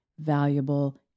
Valuable